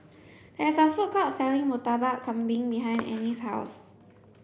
there is a food court selling Murtabak Kambing behind Annie's house